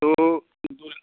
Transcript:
तो दूल्हा